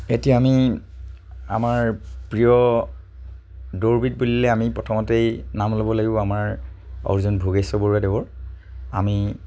এতিয়া আমি আমাৰ প্ৰিয় দৌৰবিদ বুলিলে আমি প্ৰথমতেই নাম ল'ব লাগিব আমাৰ অৰ্জুন ভোগেশ্বৰ বৰুৱাদেৱৰ আমি